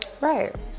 right